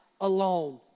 alone